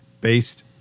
based